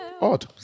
Odd